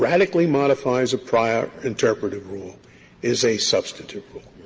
radically modifies a prior interpretative rule is a substantive rule.